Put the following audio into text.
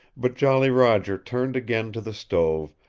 but jolly roger turned again to the stove,